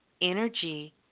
energy